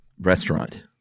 restaurant